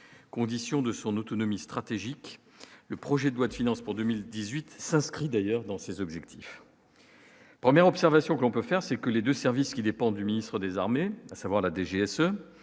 conditions de son autonomie stratégique, le projet de loi de finances pour 2018, ça, ce qui d'ailleurs dans ses objectifs. Premières observations que l'on peut faire, c'est que les 2 services qui dépend du ministère des Armées, à savoir la DGSE,